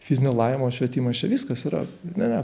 fizinio lavinimo švietimas čia viskas yra ne